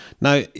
Now